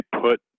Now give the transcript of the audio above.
put